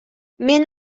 мен